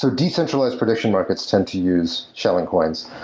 um decentralized prediction markets tend to use shilling coins.